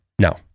No